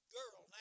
girl